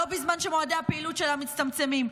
לא בזמן שמועדי הפעילות שלה מצטמצמים.